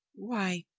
why,